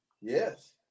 Yes